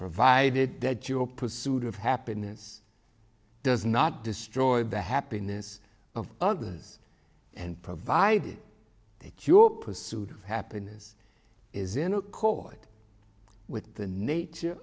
provided that your pursuit of happiness does not destroy the happiness of others and provided that your pursuit of happiness is in accord with the nature